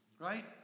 right